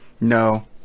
No